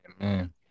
Amen